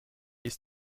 ist